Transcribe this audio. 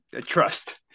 trust